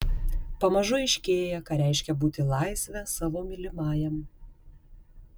pamažu aiškėja ką reiškia būti laisve savo mylimajam